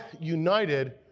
united